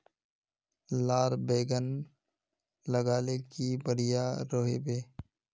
लार बैगन लगाले की बढ़िया रोहबे?